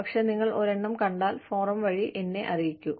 പക്ഷേ നിങ്ങൾ ഒരെണ്ണം കണ്ടാൽ ഫോറം വഴി എന്നെ അറിയിക്കൂ